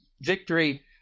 Victory